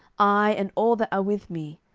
i and all that are with me,